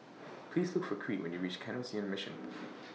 Please Look For Crete when YOU REACH Canossian Mission